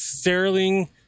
Sterling